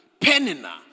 Penina